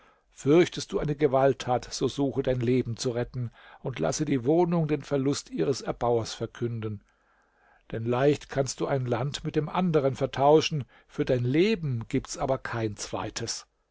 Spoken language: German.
fürchtest du eine gewalttat so suche dein leben zu retten und lasse die wohnung den verlust ihres erbauers verkünden denn leicht kannst du ein land mit dem anderen vertauschen für dein leben gibt's aber kein zweites